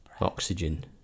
Oxygen